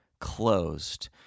closed